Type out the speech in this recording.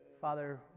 Father